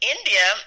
India